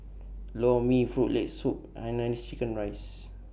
Lor Mee Frog Leg Soup and Hainanese Chicken Rice